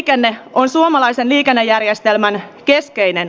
käänne on suomalaisen liikennejärjestelmän keskeinen